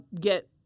get